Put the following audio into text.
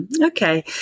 Okay